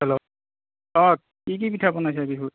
hello অ কি কি পিঠা বনাইছা বিহুত